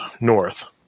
North